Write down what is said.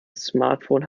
smartphone